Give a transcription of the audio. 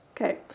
Okay